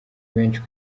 benshi